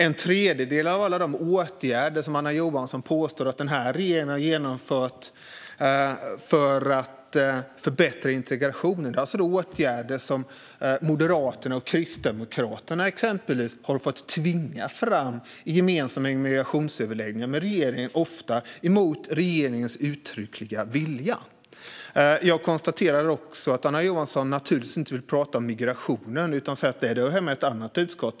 En tredjedel av alla de åtgärder som Anna Johansson påstår att den här regeringen har genomfört för att förbättra integrationen är åtgärder som Moderaterna och Kristdemokraterna har fått tvinga fram i gemensamma migrationsöverläggningar med regeringen, ofta mot regeringens uttryckliga vilja. Jag konstaterar att Anna Johansson naturligtvis inte vill prata om migrationen utan säger att frågan hör hemma i ett annat utskott.